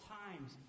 times